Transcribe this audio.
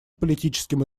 политическим